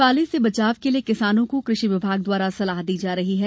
पाले से बचाव के लिये किसानों को कृषि विभाग द्वारा सलाह दी जार ही है